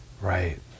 right